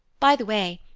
by the way,